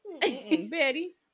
Betty